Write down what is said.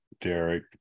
Derek